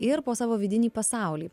ir po savo vidinį pasaulį